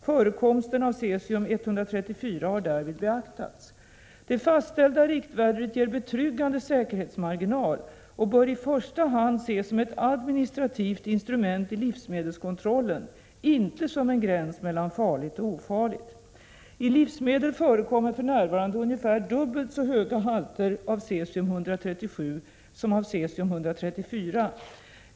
Förekomsten av cesium 134 har därvid beaktats. Det fastställda riktvärdet ger betryggande säkerhetsmarginal och bör i första hand ses som ett administrativt instrument i livsmedelskontrollen, inte som en gräns mellan farligt och ofarligt. I livsmedel förekommer för närvarande ungefär dubbelt så höga halter av cesium 137 som av cesium 134.